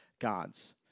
God's